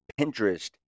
pinterest